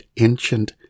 ancient